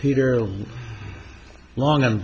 peter long i'm